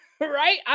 right